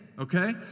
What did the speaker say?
Okay